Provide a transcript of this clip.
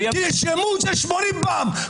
תרשמו את זה 80 פעם.